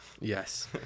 Yes